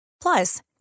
Plus